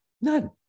None